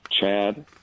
Chad